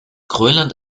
grönland